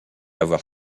avoir